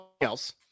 else